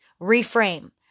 Reframe